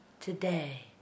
today